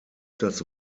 das